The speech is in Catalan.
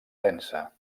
densa